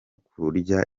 kurya